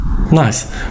nice